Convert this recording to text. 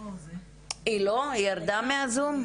היא ירדה מהזום.